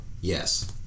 Yes